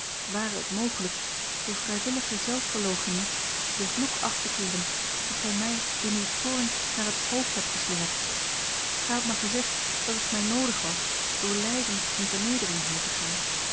ware het mogelijk door vrijwillige zelfverloochening den vloek af te keeren dien gij mij a l g bosboom-toussaint langs een omweg in uw toorn naar het hoofd hebt geslingerd gij hadt mij gezegd dat het mij noodig was door lijden en vernedering heen te gaan